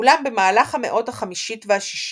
אולם, במהלך המאות ה-5 וה-6,